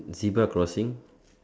zebra crossing